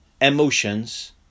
emotions